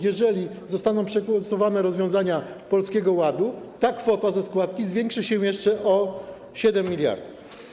Jeżeli zostaną przegłosowane rozwiązania Polskiego Ładu, ta kwota ze składki zwiększy się jeszcze o 7 mld.